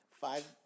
five